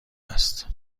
است